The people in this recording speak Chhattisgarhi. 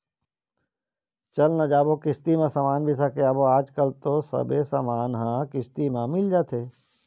चल न जाबो किस्ती म समान बिसा के आबो आजकल तो सबे समान मन ह किस्ती म मिल जाथे